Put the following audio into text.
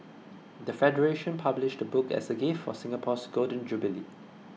the federation published the book as a gift for Singapore's Golden Jubilee